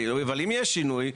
אבל אם יש שינוי,